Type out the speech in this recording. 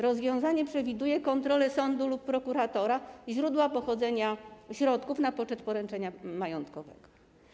Rozwiązanie przewiduje kontrolę sądu lub prokuratora źródła pochodzenia środków na poczet poręczenia majątkowego.